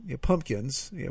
Pumpkins